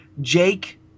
jake